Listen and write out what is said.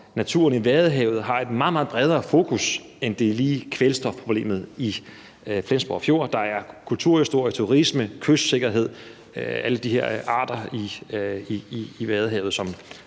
naturen i Vadehavet har et meget, meget bredere fokus end lige kvælstofproblemet i Flensborg Fjord. Der er kulturhistorie, turisme, kystsikkerhed og alle de her arter i Vadehavet,